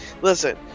Listen